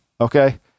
okay